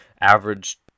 average